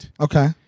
Okay